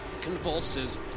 convulses